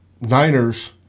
Niners